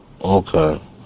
Okay